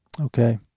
Okay